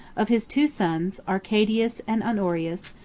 of his two sons, arcadius and honorius,